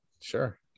Sure